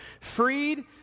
freed